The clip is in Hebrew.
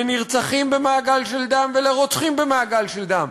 לנרצחים במעגל של דם ולרוצחים במעגל של דם.